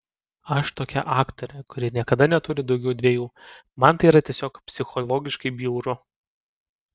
aš tokia aktorė kuri niekada neturi daugiau dviejų man tai yra tiesiog psichologiškai bjauru